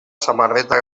samarreta